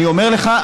אני אומר לך,